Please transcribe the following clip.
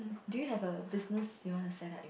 do you have a business you want to set like